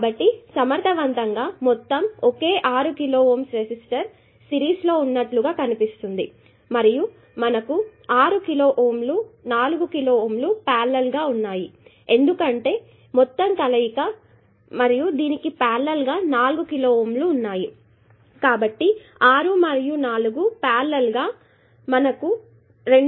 కాబట్టి సమర్థవంతంగా ఈ మొత్తం ఒకే ఆరు కిలో Ω రెసిస్టర్ సిరీస్ లో ఉన్నట్లుగా కనిపిస్తుంది మరియు మనకు ఆరు కిలో Ωలు మరియు నాలుగు కిలో Ωలు పారలెల్ గా ఉన్నాయి ఎందుకంటే మీకు ఈ మొత్తం కలయిక మరియు దీనికి ప్యారలల్ నాలుగు కిలోΩ ఉన్నాయి కాబట్టి ఆరు మరియు నాలుగు ప్యారలల్ గా మీకు 2